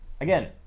Again